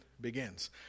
begins